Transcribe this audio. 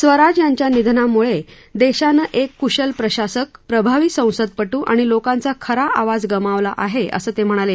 स्वराज यांच्या निधनामुळे देशानं एक कुशल प्रशासक प्रभावी संसदपटू आणि लोकांचा खरा आवाज गमावला आहे असं ते म्हणाले